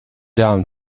down